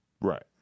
Right